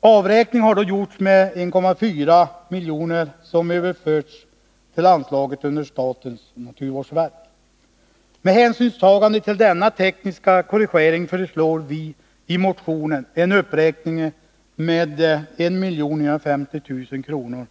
Avräkning har då gjorts med 1,4 milj.kr. som överförts till anslaget under statens naturvårdsverk. Med hänsyn till denna tekniska korrigering föreslår vi i motionen en uppräkning med 1950 000 kr.